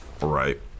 Right